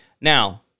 Now